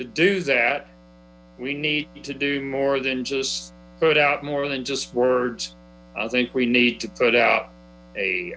to do that we need to do more than just put out more than just words i think we need to put out a